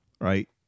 right